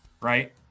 right